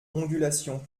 ondulations